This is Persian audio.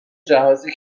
جهازی